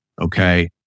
okay